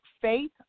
faith